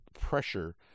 pressure